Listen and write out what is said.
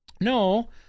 No